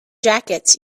jackets